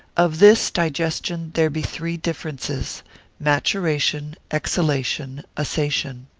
of this digestion there be three differences maturation, elixation, assation.